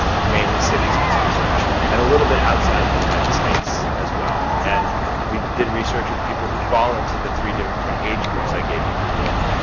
mainly cities in this research and a little bit outside of the united states as well. and we did research with people who fall into the three different age groups i gave you before.